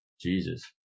Jesus